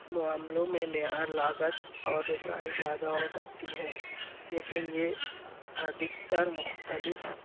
معاملوں میں معیار لاگت اور رسائی زیادہ ہو سکتی ہے لیکن یہ ادھکتر مختلف